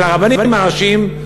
של הרבנים הראשיים,